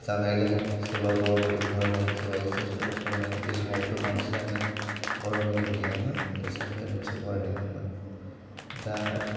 जानायलाय सोरबा बर' मिडियाम फरायनाय सोरबा एसामिस मिडियाम फरायनाय बै समावथ' बांसिनानो बर' मिडियाम गैयामोन एसामिस मिडियामसो फरायनाय दंमोन दा